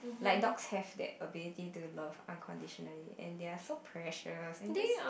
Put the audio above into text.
like dogs have that ability to love unconditionally and they are so precious and just